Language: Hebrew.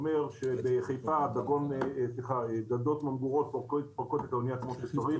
בחיפה גדות ממגורות פורקות את האונייה כמו שצריך,